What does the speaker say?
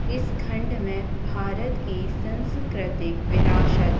इस खंड में भारत की संस्कृतिक विरासत